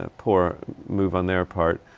ah poor move on their part.